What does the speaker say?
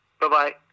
Bye-bye